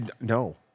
No